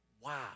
Wow